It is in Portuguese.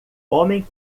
homem